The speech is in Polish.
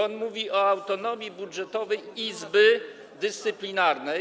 On mówi o autonomii budżetowej Izby Dyscyplinarnej.